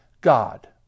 God